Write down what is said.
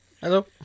hello